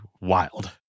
wild